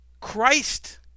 Christ